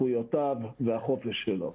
זכויותיו והחופש שלו,